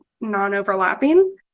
non-overlapping